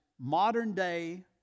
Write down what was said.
modern-day